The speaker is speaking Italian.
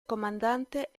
comandante